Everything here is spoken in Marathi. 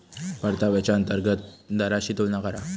परताव्याच्या अंतर्गत दराशी तुलना करा